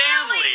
family